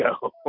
go